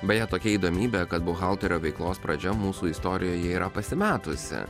beje tokia įdomybė kad buhalterio veiklos pradžia mūsų istorijoje yra pasimetusi